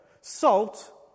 Salt